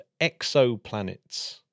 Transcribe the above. exoplanets